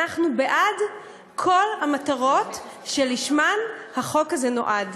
אנחנו בעד כל המטרות שלשמן החוק הזה נועד.